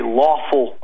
lawful